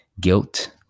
Guilt